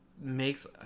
makes